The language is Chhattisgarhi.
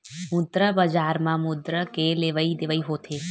मुद्रा बजार म मुद्रा के लेवइ देवइ होथे